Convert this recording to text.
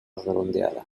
redondeada